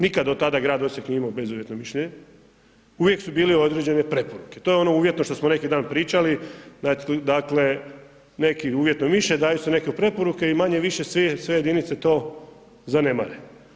Nikada do tada grad Osijek nije imao bezuvjetno mišljenje, uvijek su bile određene prepreke, to je ono uvjetno što smo neki dan pričali, dakle neki uvjetno mišljenje, daju se neke preporuke i manje-više sve jedinice to zanemare.